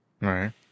Right